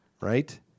right